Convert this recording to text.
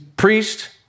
priest